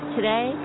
Today